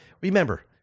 Remember